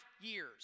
years